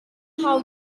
how